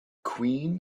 queen